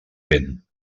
vent